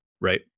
right